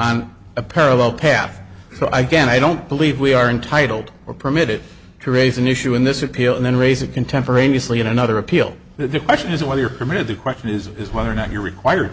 on a parallel path so i guess i don't believe we are entitled or permitted to raise an issue in this appeal and then raise it contemporaneously in another appeal the discussion is whether you're committed the question is is whether or not you're required